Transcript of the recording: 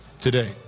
today